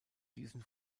diesen